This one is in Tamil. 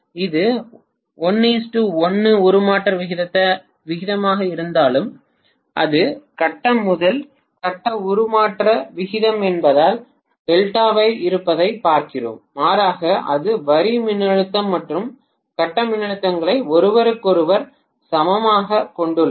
இது 1 1 உருமாற்ற விகிதமாக இருந்தாலும் அது கட்டம் முதல் கட்ட உருமாற்ற விகிதம் என்பதால் டெல்டாவாக இருப்பதைப் பார்க்கிறோம் மாறாக அது வரி மின்னழுத்தம் மற்றும் கட்ட மின்னழுத்தங்களை ஒருவருக்கொருவர் சமமாகக் கொண்டுள்ளது